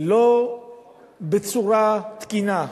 לא בצורה תקינה.